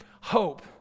Hope